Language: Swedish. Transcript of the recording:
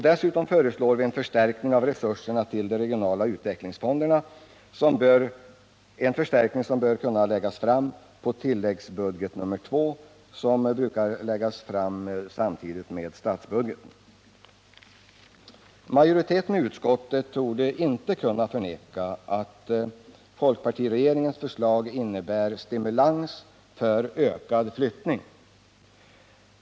Dessutom föreslår vi en förstärkning av resurserna till de regionala utvecklingsfonderna. Den bör kunna tas upp på tilläggsbudget II, som brukar läggas fram samtidigt med Nr 55 statsbudgeten. Torsdagen den Majoriteten i utskottet torde inte kunna förneka att folkpartiregeringens 14 december 1978 förslag innebär stimulans för ökad flyttning.